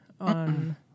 on